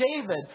David